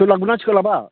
सोलाबगोन ना सोलाबा